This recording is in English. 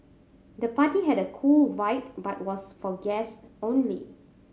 the party had a cool vibe but was for guests only